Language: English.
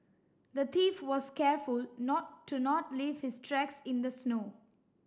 the thief was careful not to not leave his tracks in the snow